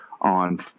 on